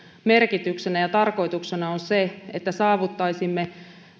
merkityksenä ja tarkoituksena on se että saavuttaisimme